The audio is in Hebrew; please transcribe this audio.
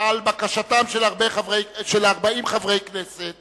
על בקשתם של 40 חברי כנסת